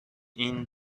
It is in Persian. این